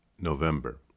November